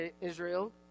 Israel